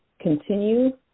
continue